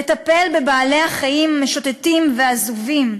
לטפל בבעלי-החיים המשוטטים והעזובים,